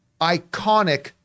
iconic